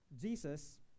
Jesus